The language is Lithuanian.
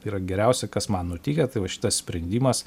yra geriausia kas man nutikę tai va šitas sprendimas